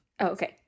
okay